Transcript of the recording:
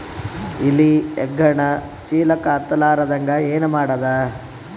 ಇಲಿ ಹೆಗ್ಗಣ ಚೀಲಕ್ಕ ಹತ್ತ ಲಾರದಂಗ ಏನ ಮಾಡದ?